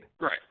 Right